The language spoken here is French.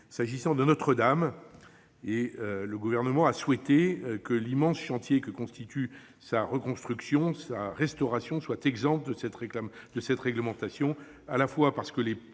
S'agissant de Notre-Dame, le Gouvernement a souhaité que l'immense chantier de sa reconstruction, de sa restauration soit exempt de cette réglementation, à la fois parce que les